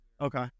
Okay